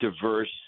diverse